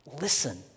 Listen